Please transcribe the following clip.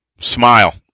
smile